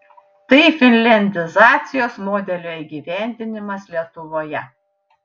tai finliandizacijos modelio įgyvendinimas lietuvoje